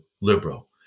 liberal